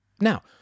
Now